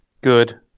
Good